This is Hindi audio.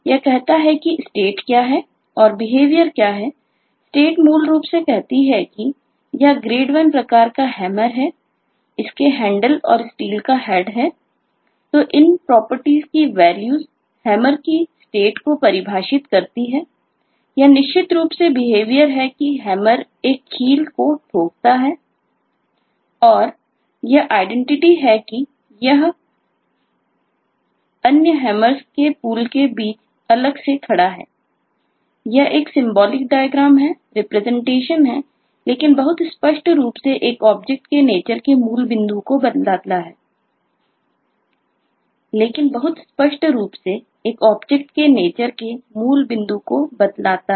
यह कहता है कि स्टेट के मूल बिंदु को बतलाता है